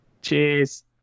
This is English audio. Cheers